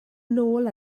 nôl